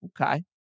Okay